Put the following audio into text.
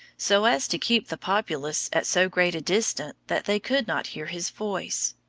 so as to keep the populace at so great a distance that they could not hear his voice.